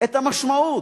את המשמעות: